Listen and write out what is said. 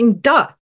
duh